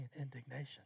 indignation